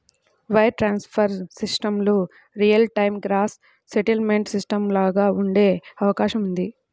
wire transfer సిస్టమ్లు real time gross settlement సిస్టమ్లుగా ఉండే అవకాశం ఉంది